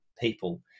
people